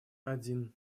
один